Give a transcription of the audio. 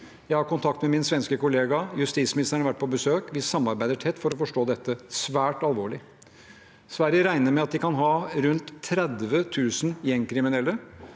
Jeg har kontakt med min svenske kollega, og justisministeren har vært på besøk. Vi samarbeider tett for å forstå dette. Det er svært alvorlig. Sverige regner med at de kan ha rundt 30 000 gjengkriminelle.